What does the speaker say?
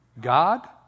God